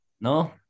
No